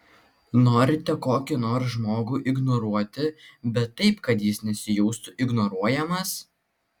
norite kokį nors žmogų ignoruoti bet taip kad jis nesijaustų ignoruojamas